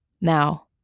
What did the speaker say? Now